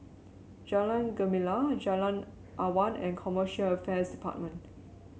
Jalan Gemala Jalan Awan and Commercial Affairs Department